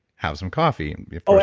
have some coffee. if ah